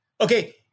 Okay